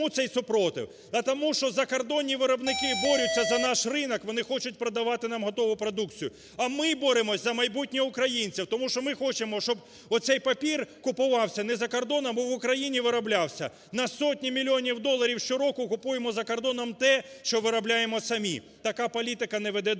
чому цей супротив? Да тому, що закордонні виробники борються за наш ринок, вони хочуть продавати нам готову продукцію, а ми боремося за майбутнє українців. Тому що ми хочемо, щоб цей папір купувався не за кордоном, а в Україні вироблявся. На сотні мільйонів доларів щороку купуємо за кордоном те, що виробляємо самі. Така політика не веде до